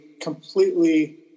completely